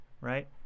Right